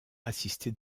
assisté